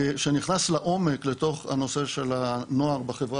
שנכנס לעומק לתוך הנושא של הנוער בחברה